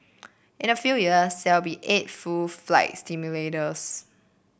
in a few years there will be eight full flight simulators